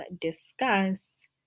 discuss